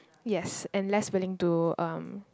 yes and less willing to um